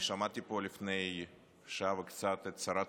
אני שמעתי פה לפני שעה וקצת את שרת